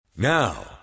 Now